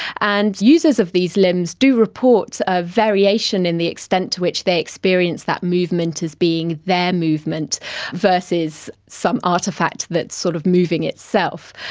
and users of these limbs do report a variation in the extent to which they experience that movement as being their movement versus some artefact that is sort of moving itself.